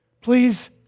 Please